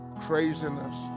craziness